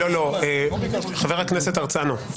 חבר הכנסת הרצנו,